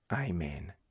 Amen